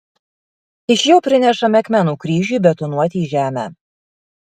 iš jo prinešame akmenų kryžiui įbetonuoti į žemę